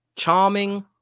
Charming